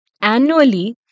annually